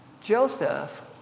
Joseph